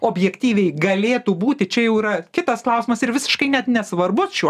objektyviai galėtų būti čia jau yra kitas klausimas ir visiškai net nesvarbus šiuo